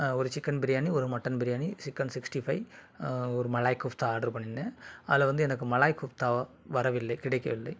ஒரு சிக்கன் பிரியாணி ஒரு mutton biryani chicken sixty five ஒரு மலாய் குஃப்த்தா ஆர்டர் பண்ணியிருந்தேன் அதில் வந்து எனக்கு மலாய் குஃப்த்தா வரவில்லை கிடைக்கவில்லை